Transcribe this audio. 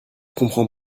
comprends